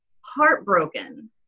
heartbroken